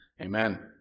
Amen